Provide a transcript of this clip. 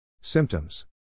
Symptoms